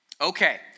Okay